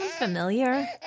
familiar